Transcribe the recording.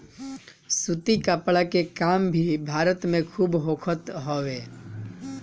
सूती कपड़ा के काम भी भारत में खूब होखत हवे